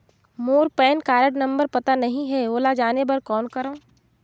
मोर PAN card number पता नहीं है, ओला जाने बर कौन करो?